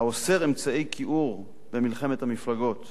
האוסר אמצעי כיעור במלחמת המפלגות,